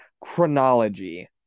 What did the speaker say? chronology